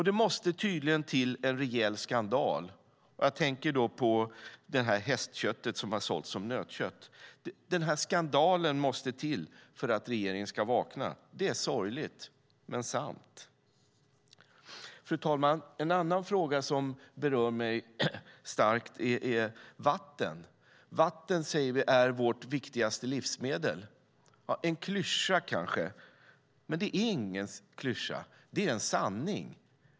Det måste tydligen till en rejäl skandal för att regeringen ska vakna. Det är sorgligt men sant. Jag tänker då på hästköttet som har sålts som nötkött. Fru talman! En annan fråga som berör mig starkt är vatten. Vi säger att vatten är vårt viktigaste livsmedel. Det kanske låter som en klyscha, men det är ingen klyscha utan en sanning.